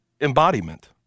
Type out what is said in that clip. embodiment